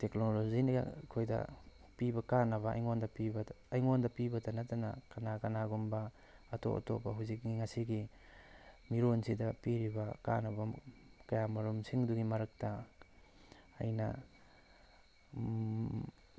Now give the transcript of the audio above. ꯇꯦꯛꯅꯣꯂꯣꯖꯤꯅ ꯑꯩꯈꯣꯏꯗ ꯄꯤꯕ ꯀꯥꯟꯅꯕ ꯑꯩꯉꯣꯟꯗ ꯄꯤꯕꯇꯥ ꯅꯠꯇꯅ ꯀꯅꯥ ꯀꯅꯥꯒꯨꯝꯕ ꯑꯦꯇꯣꯞ ꯑꯇꯣꯞꯄ ꯍꯧꯖꯤꯛꯀꯤ ꯉꯁꯤꯒꯤ ꯃꯤꯔꯣꯟꯁꯤꯗ ꯄꯤꯔꯤꯕ ꯀꯥꯟꯅꯕ ꯀꯌꯥꯃꯔꯨꯝꯁꯤꯡꯗꯗꯨꯒꯤ ꯃꯔꯛꯇ ꯑꯩꯅ